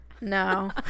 No